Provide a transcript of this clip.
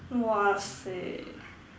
!wahseh!